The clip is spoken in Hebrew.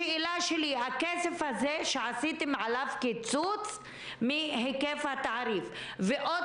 השאלה שלי היא לגבי הכסף הזה עשיתם עליו קיצוץ מהיקף התעריף ועוד